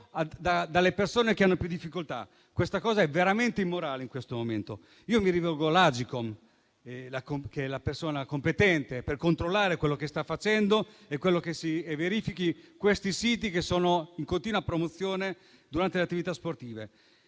dalle persone che hanno più difficoltà. Questa cosa è veramente immorale in questo momento. Mi rivolgo all'Agcom, che è l'autorità competente per controllare quello che si sta facendo, affinché si verifichino questi siti che sono in continua promozione durante le attività sportive.